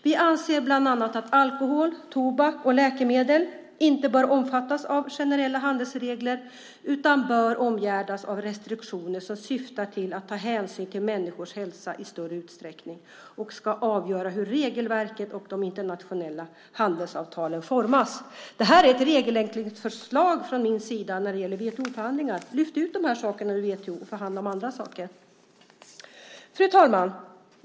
Vi anser att alkohol, tobak och läkemedel inte bör omfattas av generella handelsregler utan bör omgärdas av restriktioner som syftar till att hänsyn till människors hälsa i större utsträckning ska avgöra hur regelverket och de internationella handelsavtalen formas. När det gäller WTO-förhandlingarna är detta ett regelförenklingsförslag från min sida. Lyft ut de här sakerna ur WTO och förhandla om andra saker! Fru talman!